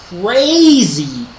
crazy